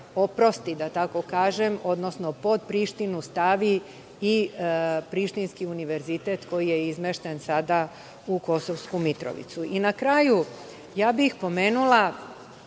da tako kažem, odnosno pod Prištinu stavi Prištinski univerzitet koji je izmešten sada u Kosovsku Mitrovicu. Na kraju, pomenula